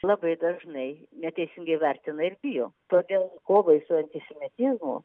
labai dažnai neteisingai vertina ir bijo todėl kovai su antisemitizmu